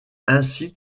ainsi